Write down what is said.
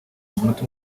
umunota